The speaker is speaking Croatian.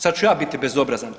Sad ću ja biti bezobrazan.